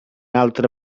altre